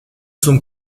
zum